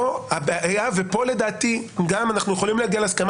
פה לדעתי גם אנחנו יכולים להגיע להסכמה